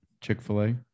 Chick-fil-A